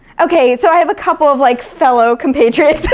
okay, so i have a couple of like fellow compatriots